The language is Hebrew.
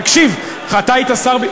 תקשיב, ואתה היית שר.